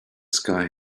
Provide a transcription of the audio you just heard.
sky